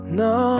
no